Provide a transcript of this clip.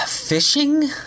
Fishing